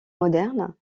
moderne